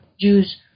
Jews